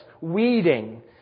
Weeding